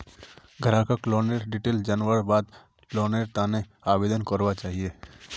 ग्राहकक लोनेर डिटेल जनवार बाद लोनेर त न आवेदन करना चाहिए